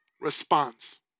response